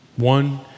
one